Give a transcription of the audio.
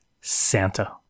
Santa